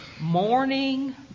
Morning